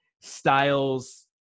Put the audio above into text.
Styles